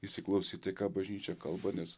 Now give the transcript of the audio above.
įsiklausyt tai ką bažnyčia kalba nes